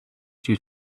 due